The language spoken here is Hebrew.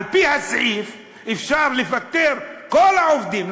על-פי הסעיף אפשר לפטר את כל העובדים,